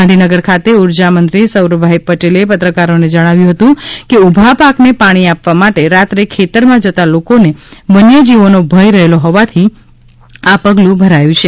ગાંધીનગર ખાતે ઉર્જા મંત્રી સૌરભ પટેલે પત્રકારોને જણાવ્યુ હતું કે ઊભા પાકને પાણી આપવા માટે રાત્રે ખેતરમાં જતાં લોકોને વન્ય જીવોનો ભય રહેલો હોવાથી આ પગલું ભરાયું છે